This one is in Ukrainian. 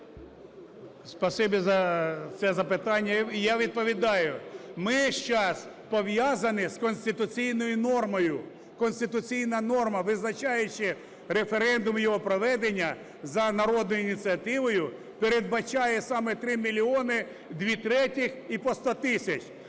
за це запитання. Я відповідаю. Ми зараз пов'язані з конституційною нормою. Конституційна норма, визначаючи референдум, його проведення за народною ініціативою, передбачає саме 3 мільйони, дві третіх і по 100 тисяч.